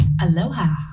Aloha